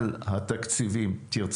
תודה